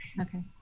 Okay